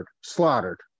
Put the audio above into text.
slaughtered